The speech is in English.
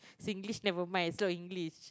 Singlish never mind is so English